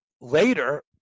later